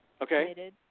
Okay